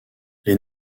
les